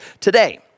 today